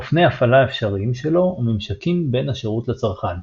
אופני הפעלה אפשריים שלו וממשקים בין השירות לצרכן.